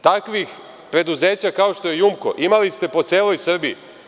Takvih preduzeća kao što je „JUMKO“ imali ste po celoj Srbiji.